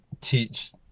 teach